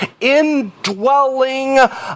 indwelling